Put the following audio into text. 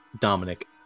Dominic